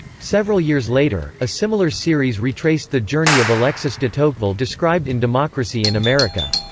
several years later, a similar series retraced the journey of alexis de tocqueville described in democracy in america.